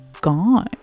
gone